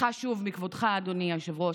סליחה שוב, מכבודך, אדוני היושב-ראש,